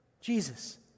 Jesus